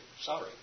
Sorry